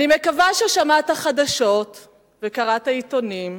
אני מקווה ששמעת חדשות וקראת עיתונים.